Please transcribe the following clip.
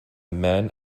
man